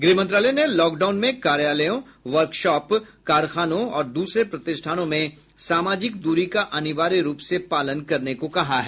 गृह मंत्रालय ने लॉकडाउन में कार्यालयों वर्कशॉप कारखानों और दूसरे प्रतिष्ठानों में सामाजिक दूरी का अनिवार्य रूप से पालन करने को कहा है